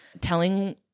telling